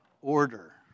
order